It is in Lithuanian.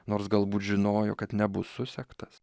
nors galbūt žinojo kad nebus susektas